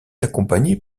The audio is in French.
accompagné